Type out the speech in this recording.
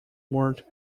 word